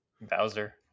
Bowser